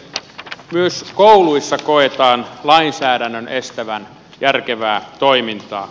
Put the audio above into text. myös kouluissa koetaan lainsäädännön estävän järkevää toimintaa